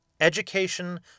Education